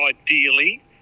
ideally